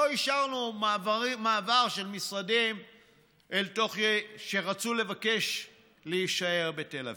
לא אישרנו מעבר של משרדים שרצו לבקש להישאר בתל אביב.